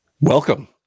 welcome